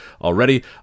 already